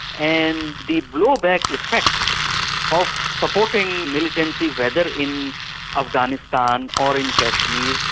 and the blowback effect of supporting militancy whether in afghanistan, or in kashmir,